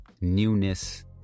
newness